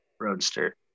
Roadster